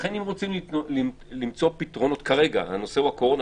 לכן אם רוצים למצוא פתרונות כרגע הנושא הוא הקורונה,